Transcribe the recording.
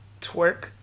twerk